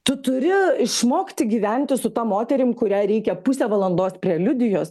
tu turi išmokti gyventi su ta moterim kuriai reikia pusę valandos preliudijos